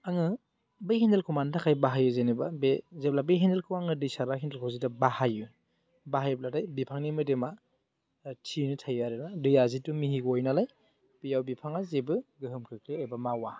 आङो बै हेन्देलखौ मानि थाखाय बाहायो जेनेबा बे जेब्ला बे हेन्देलखौ आङो दै सारग्रा हेन्देलखौ जुदि बाहायो बाहायब्लाथाय बिफांनि मोदोमा थियैनो थायो आरो ना दैया जिहेथु मिहि गयो नालाय बेयाव बिफाङा जेबो गोहोम खोख्लैया एबा मावा